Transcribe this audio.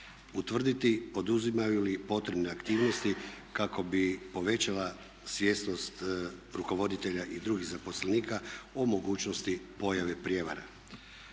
utvrditi poduzimaju li potrebne aktivnosti kako bi povećala svjesnost rukovoditelja i drugih zaposlenika o mogućnosti pojave prijevara.